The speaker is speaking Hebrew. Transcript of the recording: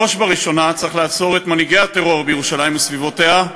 בראש ובראשונה צריך לעצור את מנהיגי הטרור בירושלים וסביבותיה,